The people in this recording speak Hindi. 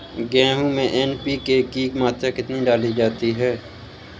गेहूँ में एन.पी.के की मात्रा कितनी डाली जाती है?